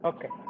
Okay